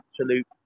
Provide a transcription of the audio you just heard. absolute